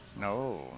No